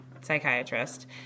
psychiatrist